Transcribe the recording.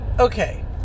Okay